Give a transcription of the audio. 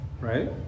right